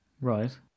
Right